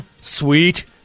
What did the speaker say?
Sweet